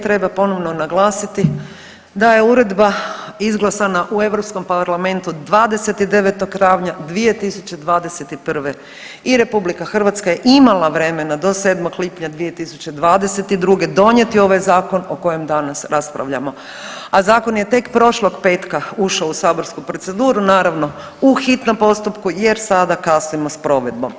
Treba ponovno naglasiti da je uredba izglasana u Europskog parlamentu 29. travnja 2021. i RH je imala vremena do 7. lipnja 2022. donijeti ovaj zakon o kojem danas raspravljamo, a zakon je tek prošlog petka ušao u saborsku proceduru, naravno u hitnom postupku jer sada kasnimo s provedbom.